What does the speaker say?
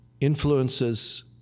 influences